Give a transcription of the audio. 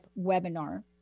webinar